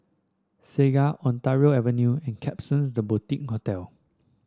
Segar Ontario Avenue and Klapsons The Boutique Hotel